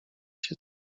się